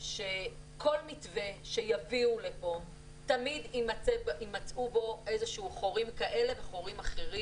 שכל מתווה שיביאו לפה\ תמיד יימצאו בו חורים כאלה וחורים אחרים.